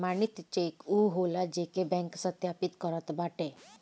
प्रमाणित चेक उ होला जेके बैंक सत्यापित करत बाटे